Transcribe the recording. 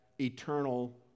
eternal